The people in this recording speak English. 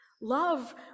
Love